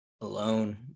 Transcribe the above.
alone